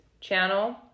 channel